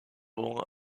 vont